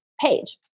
page